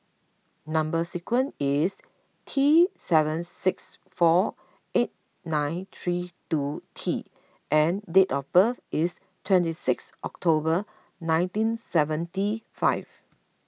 Number Sequence is T seven six four eight nine three two T and date of birth is twenty six October nineteen seventy five